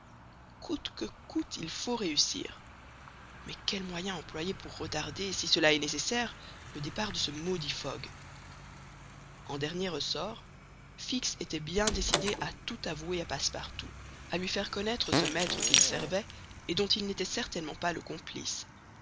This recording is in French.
coûte que coûte il faut réussir mais quel moyen employer pour retarder si cela est nécessaire le départ de ce maudit fogg en dernier ressort fix était bien décidé à tout avouer à passepartout à lui faire connaître ce maître qu'il servait et dont il n'était certainement pas le complice